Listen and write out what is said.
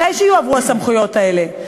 אחרי שיועברו הסמכויות האלה.